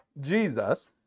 Jesus